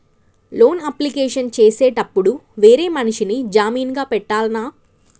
Loan application చేసేటప్పుడు వేరే మనిషిని జామీన్ గా పెట్టాల్నా?